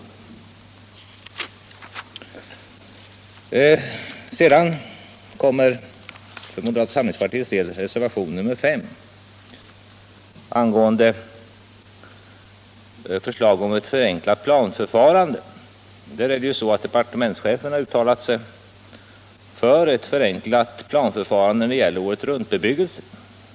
165 Sedan kommer för moderata samlingspartiets del reservationen 5 angående förslag om ett förenklat planförfarande. Departementschefen har uttalat sig för ett förenklat planförfarande när det gäller året-runt-bebyggelse.